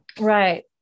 right